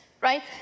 right